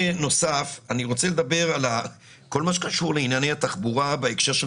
אני רוצה לדבר על כל מה שקשור לענייני התחבורה בהקשר של